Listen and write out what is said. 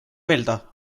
öelda